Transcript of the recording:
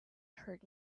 heard